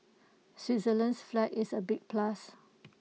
Switzerland's flag is A big plus